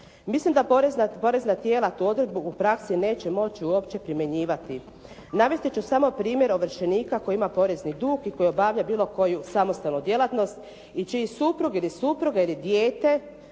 Mislim da porezna tijela tu odredbu u praksi neće uopće moći primjenjivati. Navest ću samo primjer ovršenika koji ima porezni dug i koji obavlja bilo koju samostalnu djelatnost i čiji suprug, supruga ili dijete